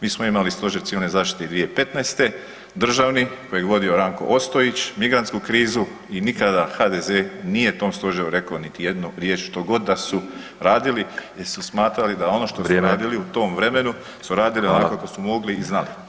Mi smo imali stožer civilne zaštite i 2015. državni kojeg je vodio Ranko Ostojić, migrantsku krizu i nikada HDZ nije tom stožeru rekao niti jednu riječ što god da su radili jer su smatrali da ono što su radili [[Upadica: Vrijeme]] u tom vremenu su radili [[Upadica: Hvala]] onako kako su mogli i znali.